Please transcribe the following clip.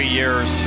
years